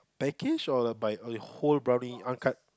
by cash or like by the whole brownie Angkat